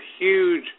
huge